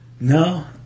No